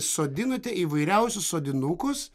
sodinate įvairiausius sodinukus